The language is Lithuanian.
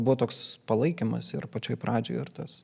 buvo toks palaikymas ir pačioj pradžioj ir tas